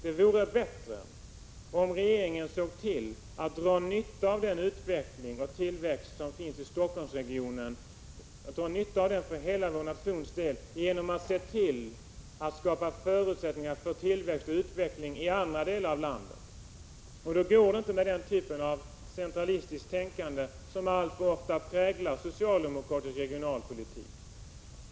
Det vore bättre om regeringen drog nytta av den utveckling och tillväxt som finns i Stockholmsregionen för hela nationens del genom att se till att förutsättningar för tillväxt och utveckling skapas i andra delar av landet. Men då går det inte att tillämpa den typ av centralistiskt tänkande som alltför ofta präglar socialdemokratisk regionalpolitik.